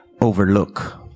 overlook